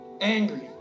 angry